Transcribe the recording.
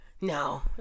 no